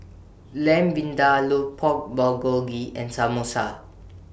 Lamb Vindaloo Pork Bulgogi and Samosa